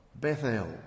Bethel